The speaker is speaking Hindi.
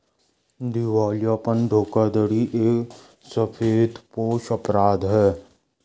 दिवालियापन धोखाधड़ी एक सफेदपोश अपराध है